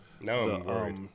No